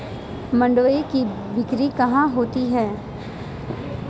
मंडुआ की बिक्री कहाँ होती है?